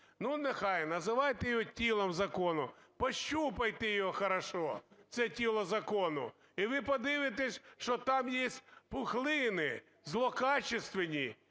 Ну нехай, називайте його "тілом закону". Пощупайте його хорошо, це тіло закону, і ви подивитеся, що там є пухлини злокачественные,